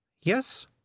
Yes